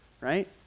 right